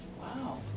Wow